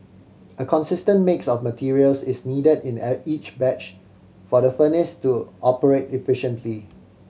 a consistent mix of materials is needed in each batch for the furnace to operate efficiently